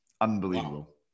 Unbelievable